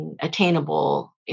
attainable